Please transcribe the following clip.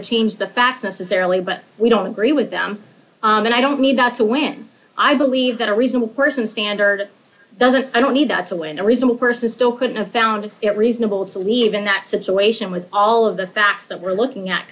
to change the facts necessarily but we don't agree with them and i don't need that to when i believe that a reasonable person standard doesn't it no need that's when a reasonable person still could have found it reasonable to leave in that situation with all of the facts that we're looking at